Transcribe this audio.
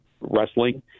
wrestling